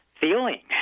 feeling